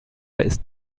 ist